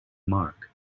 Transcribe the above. mark